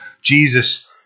Jesus